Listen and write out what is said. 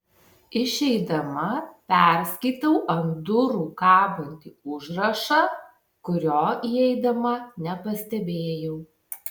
išeidama perskaitau ant durų kabantį užrašą kurio įeidama nepastebėjau